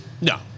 No